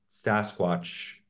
sasquatch